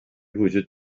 وجود